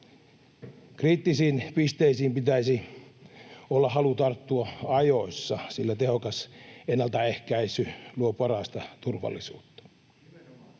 Kriittisiin pisteisiin pitäisi olla halu tarttua ajoissa, sillä tehokas ennaltaehkäisy luo parasta turvallisuutta.